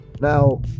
Now